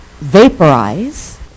vaporize